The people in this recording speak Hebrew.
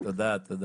תודה,